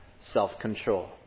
Self-control